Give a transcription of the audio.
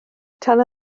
tan